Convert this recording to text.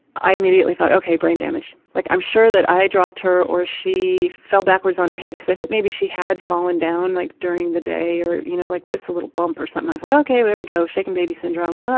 i immediately thought, ok, brain damage. like, i'm sure that i dropped her or she fell backwards on her head because i think maybe she had fallen down like during the day or you know like just a little bump or something. something. i was like, ok, there we go! shaken baby syndrome.